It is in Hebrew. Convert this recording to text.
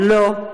לא.